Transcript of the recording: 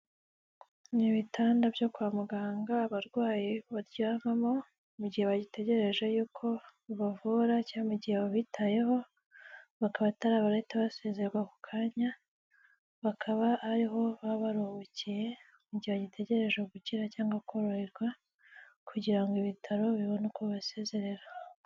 Ni ibitanda byo kwa muganga abarwayi baryamamo mu gihe bagitegereje yuko babavura cyangwa mu gihe babitayeho, bakaba atari abarahita basezererwa ako kanya, bakaba ariho baba baruhukiye mu gihe bagitegereje gukira cyangwa koroherwa, kugira ngo ibitaro bibone uko babasezerera.